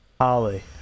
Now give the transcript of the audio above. Holly